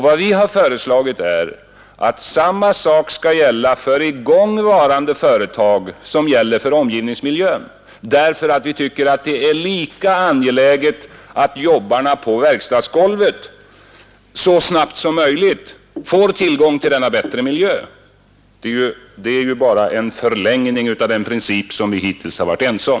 Vad vi föreslagit är att samma villkor skall gälla för i gång varande företag beträffande omgivningsmiljön som för arbetsplatsmiljön. Vi tycker att det är angeläget att jobbarna på verkstadsgolvet så snabbt som möjligt får tillgång till en bättre miljö. Det är ju bara en förlängning av den princip som vi hittills varit ense om.